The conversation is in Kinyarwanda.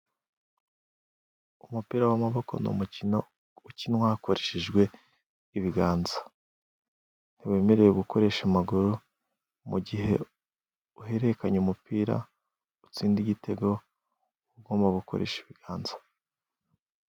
Umupira w'amaboko ni umukino ukinwa hakoreshejwe ibiganza. Ntiwemerewe gukoresha amaguru, mu igihe uhererekanya umupira utsinda igitego, ugomba gukoresha ibiganza.